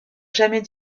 jamais